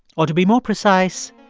or, to be more precise,